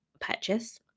purchase